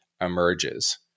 emerges